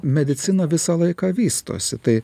medicina visą laiką vystosi tai